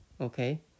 okay